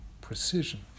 precision